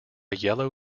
yellow